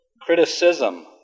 Criticism